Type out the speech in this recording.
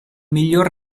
miglior